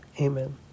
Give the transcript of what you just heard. Amen